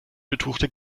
betuchte